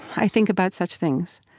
i think about such things.